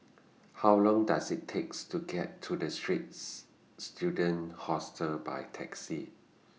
How Long Does IT takes to get to The Straits Students Hostel By Taxi